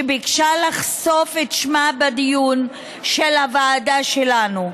שביקשה לחשוף את שמה בדיון של הוועדה שלנו,